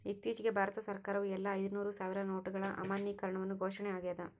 ಇತ್ತೀಚಿಗೆ ಭಾರತ ಸರ್ಕಾರವು ಎಲ್ಲಾ ಐದುನೂರು ಸಾವಿರ ನೋಟುಗಳ ಅಮಾನ್ಯೀಕರಣವನ್ನು ಘೋಷಣೆ ಆಗ್ಯಾದ